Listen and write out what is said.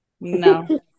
No